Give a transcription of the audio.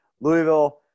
Louisville